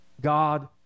God